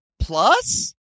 Plus